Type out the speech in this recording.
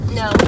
no